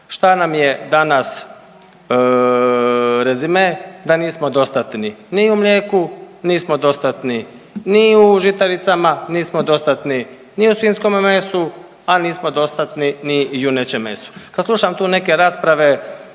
Šta nam je danas razime, da nismo dostatni ni u mlijeku, nismo dostatni ni u žitaricama, nismo dostatni ni u svinjskom mesu, a nismo dostatni ni junećem mesu. Kad slušam tu neke rasprave